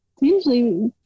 usually